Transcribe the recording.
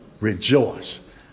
rejoice